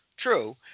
True